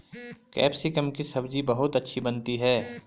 capsicum की सब्जी बहुत अच्छी बनती है